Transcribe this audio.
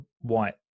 white